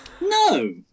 No